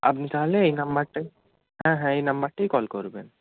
আপনি তাহলে এই নম্বরটাই হ্যাঁ হ্যাঁ এই নাম্বারটাই কল করবেন